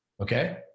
Okay